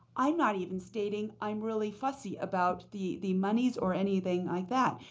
i'm not even stating i'm really fussy about the the monies or anything like that.